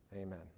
Amen